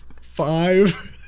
Five